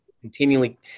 continually